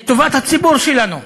את טובת הציבור שלנו: